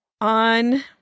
on